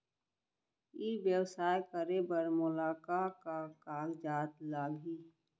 ई व्यवसाय करे बर मोला का का कागजात लागही?